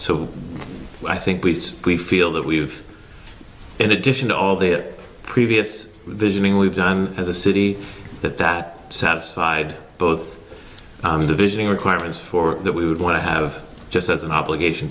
so i think we've we feel that we've in addition to all their previous visioning we've done as a city that that satisfied both the vision requirements for that we would want to have just as an obligation